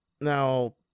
now